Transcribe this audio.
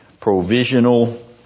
provisional